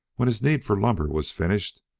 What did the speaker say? when his need for lumber was finished,